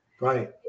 Right